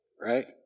right